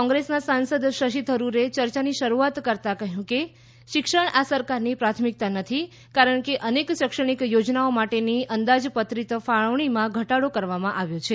કોંગ્રેસના સાંસદ શશી થરૂરે ચર્ચાની શરૂઆત કરતાં કહ્યું કે શિક્ષણ આ સરકારની પ્રાથમિકતા નથી કારણ કે અનેક શૈક્ષણિક યોજનાઓ માટેની અંદાજ્પત્રિત ફાળવણીમાં ઘટાડો કરવામાં આવ્યો છે